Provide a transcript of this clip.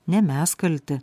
ne mes kalti